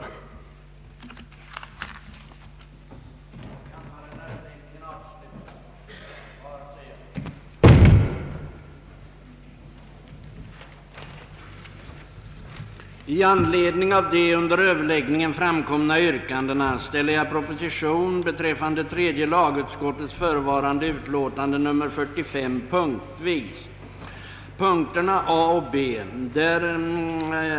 Efter det överläggningen förklarats härmed slutad, yttrade herr andre vice talmannen, som för en stund övertagit ledningen av kammarens förhandlingar, att med anledning av föreliggande yrkanden propositioner komme att framställas särskilt beträffande varje punkt av utskottets i förevarande utlåtande gjorda hemställan, varvid dock vissa punkter komme att sammanföras. 2. godkänna vad departementschefen i övrigt förordat om statsbidrag till Gotlands kommun.